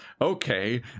Okay